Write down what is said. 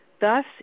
Thus